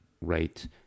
right